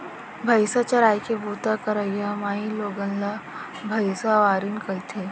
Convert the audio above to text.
भईंसा चराय के बूता करइया माइलोगन ला भइंसवारिन कथें